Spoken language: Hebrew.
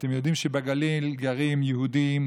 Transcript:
אתם יודעים שבגליל גרים יהודים,